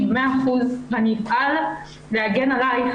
במאה אחוזים ואני אפעל להגן עליך,